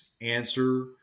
answer